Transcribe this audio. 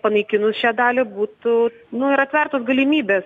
panaikinus šią dalį būtų nu ir atvertos galimybės